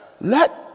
Let